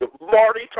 Marty